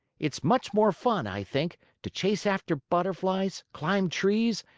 it's much more fun, i think, to chase after butterflies, climb trees,